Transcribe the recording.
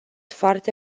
foarte